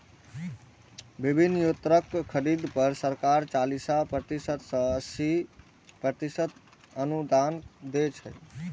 विभिन्न यंत्रक खरीद पर सरकार चालीस प्रतिशत सं अस्सी प्रतिशत अनुदान दै छै